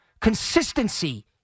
Consistency